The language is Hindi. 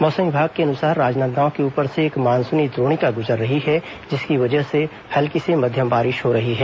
मौसम विभाग के अनुसार राजनांदगांव के ऊपर से एक मानसूनी द्रोणिका गुजर रही है जिसकी वजह से हल्की से मध्यम बारिश हो रही है